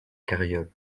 carriole